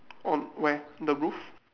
on where the roof